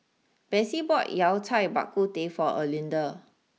Bessie bought Yao Cai Bak Kut Teh for Erlinda